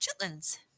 chitlins